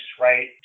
right